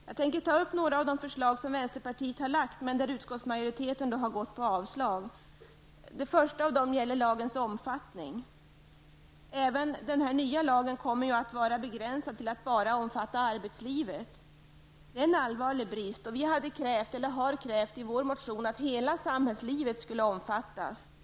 Jag tänker ta upp några av de förslag som vänsterpartiet har lagt fram men som utskottsmajoriteten avstyrkt. Det första av dem gäller lagens omfattning. Även den nya lagen kommer att vara begränsad till att omfatta arbetslivet. Det är en allvarlig brist. Vi har i vår motion krävt att hela samhällslivet skall omfattas av lagen.